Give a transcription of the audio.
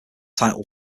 title